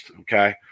okay